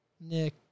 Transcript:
Nick